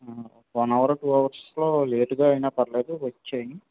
ఆ one hour two అవర్సులో లేట్గా అయినా పర్లేదు వచ్చేయండి